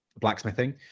blacksmithing